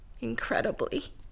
incredibly